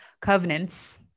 covenants